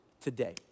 today